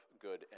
good